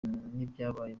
n’ibyabaye